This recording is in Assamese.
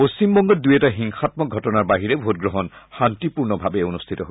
পশ্চিমবংগত দুই এটা হিংসামক ঘটনাৰ বাহিৰে ভোটগ্ৰহণ শান্তিপূৰ্ণভাৱে অনুষ্ঠিত হয়